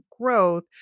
growth